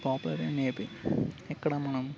popular in AP ఇక్కడ మనం